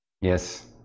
Yes